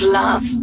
love